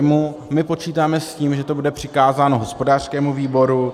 My počítáme s tím, že to bude přikázáno hospodářskému výboru.